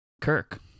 Kirk